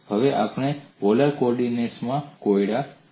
હવે આપણે પોલર કોઓર્ડિનેટ્સમાં કોયડો જોઈશું